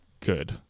good